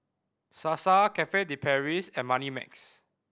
Sasa Cafe De Paris and Moneymax